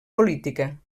política